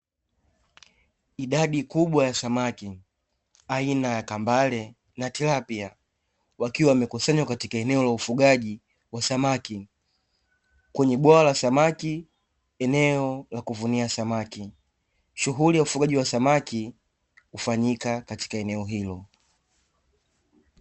Idadi kubwa ya samaki aina ya kambale na tilapia, wakiwa wamekusanywa katika eneo la ufugaji wa samaki, kwenye bwawa la samaki eneo la kuvunia samaki. Shughuli ya ufugaji wa samaki hufanyika katika eneo hilo.